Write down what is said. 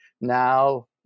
Now